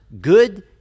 good